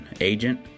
agent